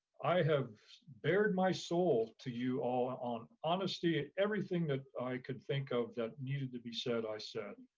i have bared my soul to you all on honesty, and everything that i could think of that needed to be said, i said,